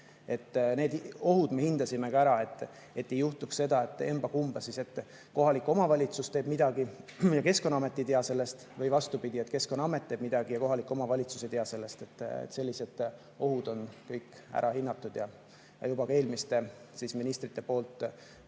ohud me hindasime ka ära, et ei juhtuks emba-kumba: kas kohalik omavalitsus teeb midagi ja Keskkonnaamet ei tea sellest või vastupidi, et Keskkonnaamet teeb midagi ja kohalik omavalitsus ei tea sellest. Sellised ohud on kõik ära hinnatud ja juba eelmiste ministrite käima